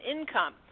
income